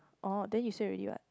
oh then you said already what